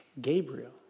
Gabriel